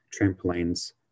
trampolines